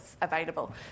available